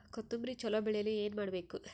ಕೊತೊಂಬ್ರಿ ಚಲೋ ಬೆಳೆಯಲು ಏನ್ ಮಾಡ್ಬೇಕು?